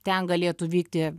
ten galėtų vykti